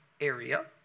area